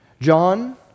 John